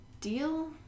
deal